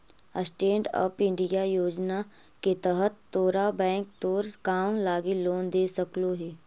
stand up India योजना के तहत तोरा बैंक तोर काम लागी लोन दे सकलो हे